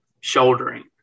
shouldering